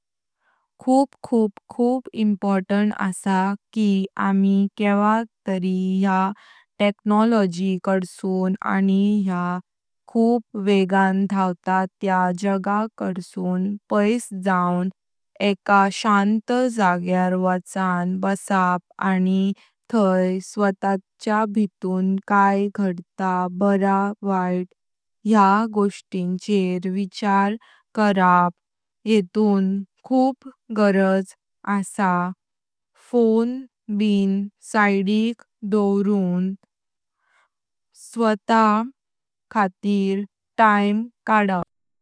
खूप खूप खूप इम्पोर्टंट असा की आम्ही कवा तरी या टेक्नोलॉजी काडसून आणि या खूप वेगान धावत। तया जग काडसून पैश जाऊन एका शांत जाग्यार वाचन बसाप आणि थाई स्वताच्या भीतून काय घडता बरं वैत या गोष्टींछेर विचार करप। येतून खूप गरज असा फोन ब साइडीक दोवरून स्वत खातीर टाइम काडप।